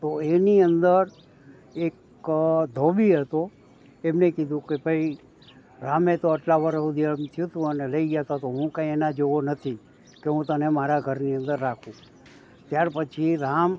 તો એની અંદર એક ધોબી હતો એમને કીધું કે ભાઈ રામે તો અટલા વર્ષ સુધી આમ થયું હતું અને લઈ ગયાં હતાં તો હું કંઇ એના જેવો નથી કે હું તને મારા ઘરની અંદર રાખું ત્યાર પછી રામ